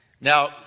Now